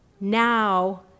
Now